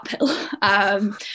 uphill